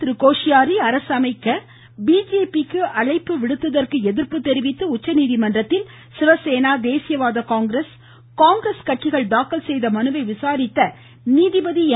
பகத்சிங் கோஷியாரி அரசு அமைக்க பிஜேபிக்கு அழைப்பு விடுத்ததற்கு எதிர்ப்பு தெரிவித்து உச்சநீதிமன்றத்தில் சிவசேனா தேசியவாத காங்கிரஸ் காங்கிரஸ் கட்சிகள் தாக்கல் செய்த மனுவை விசாரித்த நீதிபதி என்